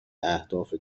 اهداف